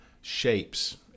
shapes